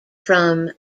from